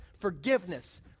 forgiveness